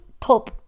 top